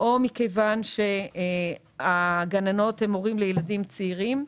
או מכיוון שהגננות הן אימהות לילדים צעירים,